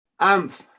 Amph